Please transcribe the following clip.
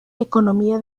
economía